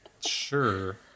sure